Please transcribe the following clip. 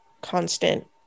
constant